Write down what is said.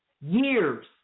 Years